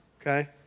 Okay